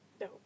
No